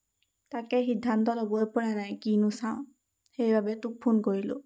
তাকে সিদ্ধান্ত ল'বই পৰা নাই কিনো চাওঁ সেইবাবেই তোক ফোন কৰিলোঁ